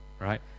Right